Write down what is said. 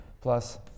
plus